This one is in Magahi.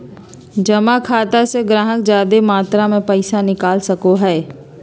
जमा खाता से गाहक जादे मात्रा मे पैसा निकाल सको हय